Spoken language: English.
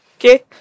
Okay